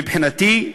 מבחינתי,